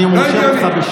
אני מוציא אותך.